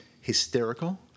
hysterical